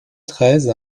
treize